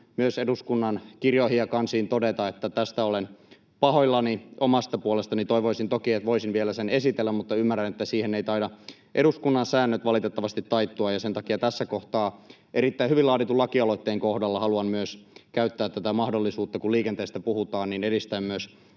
myös eduskunnan kirjoihin ja kansiin todeta, että tästä olen pahoillani. Omasta puolestani toivoisin toki, että voisin vielä sen esitellä, mutta ymmärrän, että siihen eivät valitettavasti taida eduskunnan säännöt taittua. Sen takia tässä kohtaa, erittäin hyvin laaditun lakialoitteen kohdalla, haluan käyttää tätä mahdollisuutta, kun liikenteestä puhutaan, edistää myös